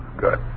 good